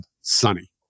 sunny